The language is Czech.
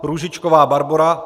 Růžičková Barbora